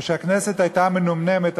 כשהכנסת הייתה מנומנמת,